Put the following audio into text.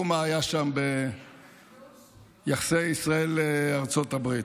מה היה שם ביחסי ישראל ארצות הברית.